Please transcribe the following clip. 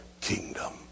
kingdom